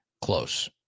close